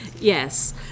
yes